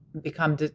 become